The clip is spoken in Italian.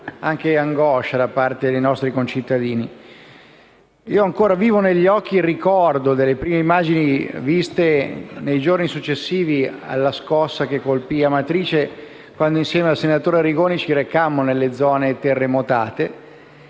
tanta angoscia da parte dei nostri concittadini. Io ho ancora vivo negli occhi il ricordo delle prime immagini viste nei giorni successivi alla scossa che colpì Amatrice, quando, insieme al senatore Arrigoni, ci recammo nelle zone terremotate,